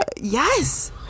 yes